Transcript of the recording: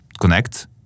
connect